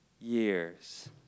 years